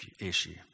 issue